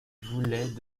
voulaient